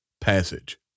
passage